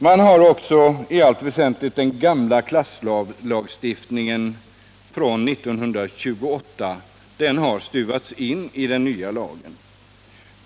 Man har också i allt väsentligt stuvat in den gamla klasslagstiftningen från 1928 i den nya lagen.